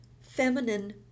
feminine